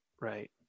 right